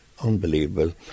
Unbelievable